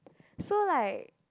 so like